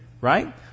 Right